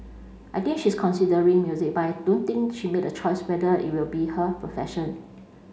I think she's considering music but I don't think she made a choice whether it will be her profession